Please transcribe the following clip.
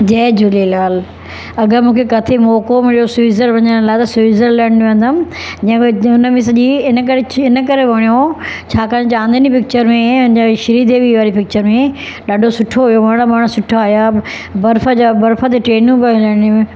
जय झूलेलाल अगरि मूंखे किथे मौक़ो मिलियो स्विज़र वञणि लाइ त स्विज़रलैंड वेंदमि जंहिंमें हुनमें सॼी इन करे छ इन करे वणियो छाकाणि चांदनी पिकिचरु में श्रीदेवी वारी पिकिचरु में ॾाढो सुठो हुयो वण बण सुठा हुया बर्फ जा बर्फ ते ट्रेनियूं पियूं हलनव